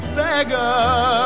beggar